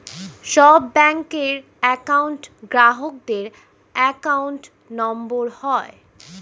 সব ব্যাঙ্কের একউন্ট গ্রাহকদের অ্যাকাউন্ট নম্বর হয়